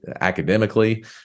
academically